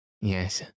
yes